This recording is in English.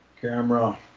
Camera